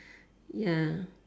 ya